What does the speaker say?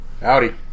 howdy